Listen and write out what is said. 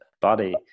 body